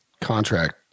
contract